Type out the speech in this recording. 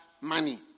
Money